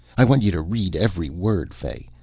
i want you to read every word. fay,